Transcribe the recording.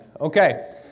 Okay